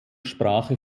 sprache